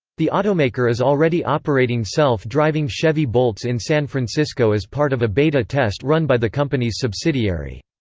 the automaker is already operating self-driving chevy bolts in san francisco as part of a beta test run by the company's subsidiary.